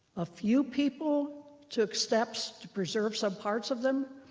a few people took steps to preserve some parts of them.